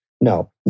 No